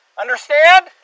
Understand